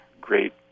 great